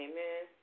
Amen